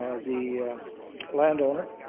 ah the land owner.